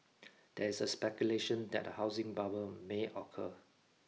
there is a speculation that a housing bubble may occur